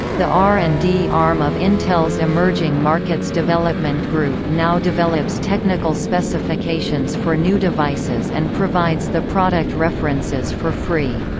the r and d arm of intel's emerging markets development group now develops technical specifications for new devices and provides the product references for free.